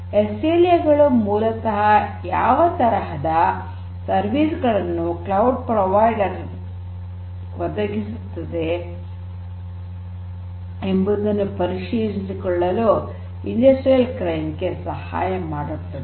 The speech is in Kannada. ಎಸ್ಎಲ್ಎ ಗಳು ಮೂಲತಃ ಯಾವ ತರಹದ ಸೇವೆಗಳನ್ನು ಕ್ಲೌಡ್ ಪ್ರೊವೈಡರ್ ಒದಗಿಸುತ್ತದೆ ಎಂಬುದನ್ನು ಪರಿಶೀಲಿಸಿಕೊಳ್ಳಲು ಕೈಗಾರಿಕೆಯ ಕ್ಲೈಂಟ್ ಗೆ ಸಹಾಯ ಮಾಡುತ್ತದೆ